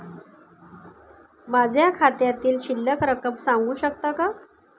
माझ्या खात्यातील शिल्लक रक्कम सांगू शकता का?